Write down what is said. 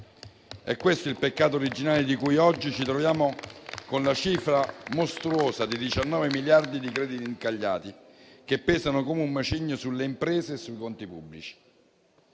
È questo il peccato originale per cui oggi ci troviamo con la cifra mostruosa di 19 miliardi di crediti incagliati, che pesano come un macigno sulle imprese e sui conti pubblici.